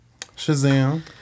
Shazam